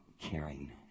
caring